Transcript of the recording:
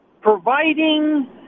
providing